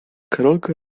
karolka